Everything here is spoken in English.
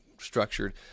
structured